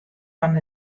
fan